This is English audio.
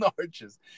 arches